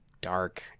dark